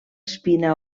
espina